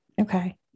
okay